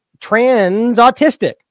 Trans-autistic